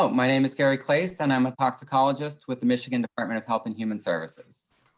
ah my name is gary klase, and i'm a toxicologist with the michigan department of health and human services.